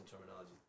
terminology